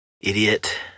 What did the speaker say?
idiot